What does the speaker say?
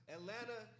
Atlanta